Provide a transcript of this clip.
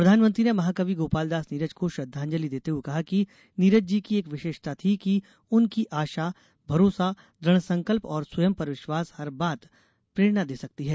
प्रधानमंत्री ने महाकवि गोपालदास नीरज को श्रद्वांजलि देते हुए कहा कि नीरज जी की एक विशेषता थी कि उनकी आशा भरोसा दुढ़संकल्प और स्वयं पर विश्वास हर बात प्रेरणा दे सकती है